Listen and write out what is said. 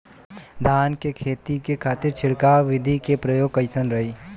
धान के खेती के खातीर छिड़काव विधी के प्रयोग कइसन रही?